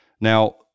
Now